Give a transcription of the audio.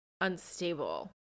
unstable